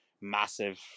massive